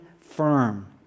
firm